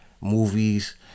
movies